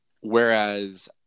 whereas